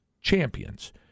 champions